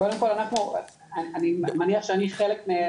אני מניח שאני חלק,